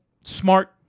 smart